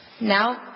Now